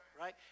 right